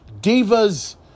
Divas